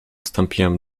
wstąpiłem